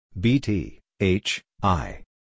B-T-H-I